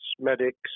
medics